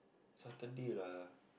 Saturday lah